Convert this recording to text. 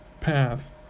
path